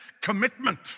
commitment